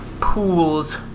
pools